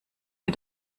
mir